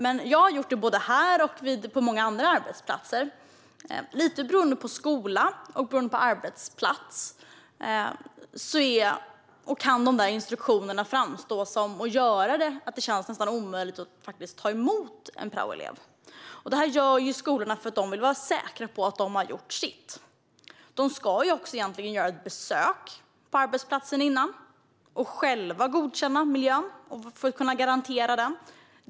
Men jag har tagit emot praktikanter både här och på många andra arbetsplatser. Lite beroende på skola och arbetsplats kan de där instruktionerna göra att det känns nästan omöjligt att ta emot en praoelev. Instruktioner följer skolorna för att de ska vara säkra på att de har gjort sitt. De ska egentligen också göra ett besök på arbetsplatsen innan och själva godkänna miljön för att kunna garantera den.